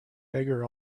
beggar